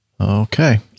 Okay